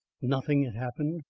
nothing had happened,